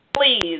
please